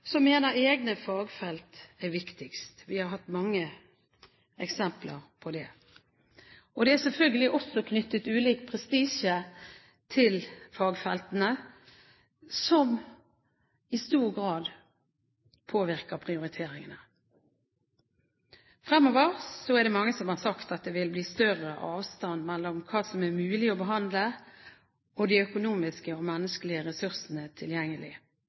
mener at egne fagfelt er viktigst. Vi har hatt mange eksempler på det. Det er selvfølgelig også knyttet ulik prestisje til fagfeltene, som i stor grad påvirker prioriteringene. Mange har sagt at det fremover vil bli større avstand mellom hva som er mulig å behandle, og de økonomiske og menneskelige ressursene som er tilgjengelig.